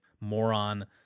moron